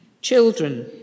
Children